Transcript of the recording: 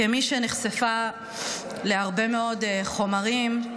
כמי שנחשפה להרבה מאוד חומרים,